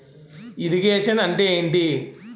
Irrigation అంటే ఏంటీ?